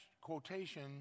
quotation